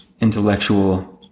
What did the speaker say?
intellectual